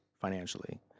financially